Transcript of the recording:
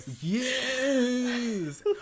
Yes